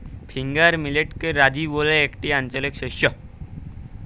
finger মিলেটকে রাজি ব্যলে যেটি একটি আঞ্চলিক শস্য